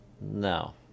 No